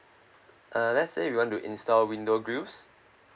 uh let's say we want to install window grills